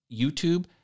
YouTube